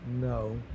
No